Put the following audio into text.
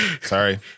sorry